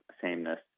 sameness